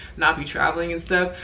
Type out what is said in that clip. not be traveling and stuff.